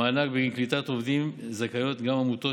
למענק בגין קליטת עובדים זכאיות גם עמותות